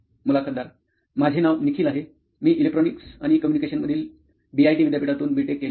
मुलाखतदार माझे नाव निखिल आहे मी इलेक्ट्रॉनीक्स आणि कम्युनिकेशनमधील बीआयटी विद्यापीठातून बी टेक केले आहे